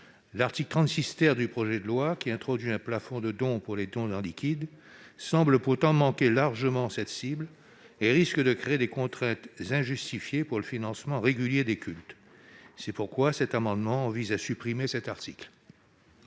L'article 36 du projet de loi, qui introduit un plafond de dons pour les dons en liquide, semble pourtant manquer largement cet objectif et risque de créer des contraintes injustifiées pour le financement régulier des cultes. C'est pourquoi cet amendement vise à supprimer cet article.